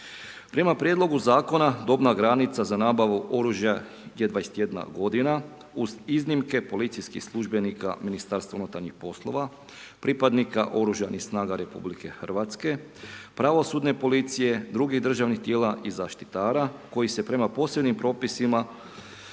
Prema prijedlogu zakona dobna granica za nabavu oružja je 21 godina uz iznimke policijskih službenika Ministarstva unutarnjih poslova, pripadnika Oružanih snaga Republike Hrvatske, pravosudne policije, drugih državnih tijela i zaštitara koji su prema posebnim propisima